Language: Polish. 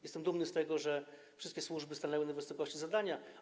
Jestem dumny z tego, że wszystkie służby stanęły na wysokości zadania.